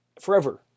forever